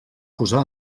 posar